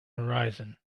horizon